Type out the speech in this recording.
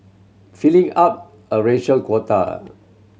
filling up a racial quota